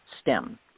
stem